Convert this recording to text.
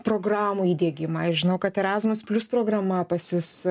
programų įdiegimą ir žinau kad erasmus plius programa pas jus